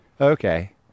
Okay